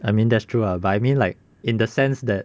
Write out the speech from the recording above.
I mean that's true lah but I mean like in the sense that